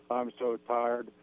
i'm so tired.